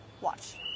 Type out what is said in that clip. Watch